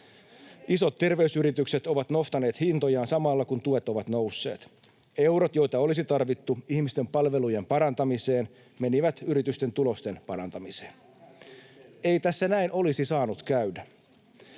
Isot terveysyritykset ovat nostaneet hintojaan samalla, kun tuet ovat nousseet. Eurot, joita olisi tarvittu ihmisten palvelujen parantamiseen, menivät yritysten tulosten parantamiseen. [Ben Zyskowicz: Vähän